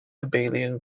abelian